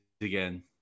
again